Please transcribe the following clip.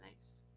nice